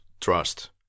trust